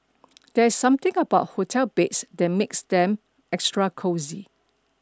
there's something about hotel beds that makes them extra cosy